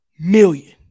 Million